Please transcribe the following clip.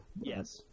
Yes